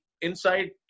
inside